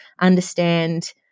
understand